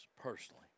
personally